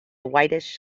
whitish